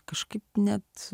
kažkaip net